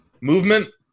movement